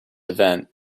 event